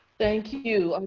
thank you.